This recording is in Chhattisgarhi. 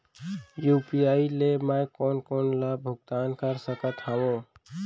यू.पी.आई ले मैं कोन कोन ला भुगतान कर सकत हओं?